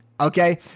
okay